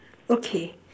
okay